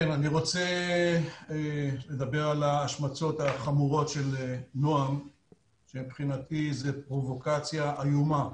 אני רוצה לדבר על ההשמצות החמורות של נועם שמבחינתי זה פרובוקציה איומה.